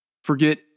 Forget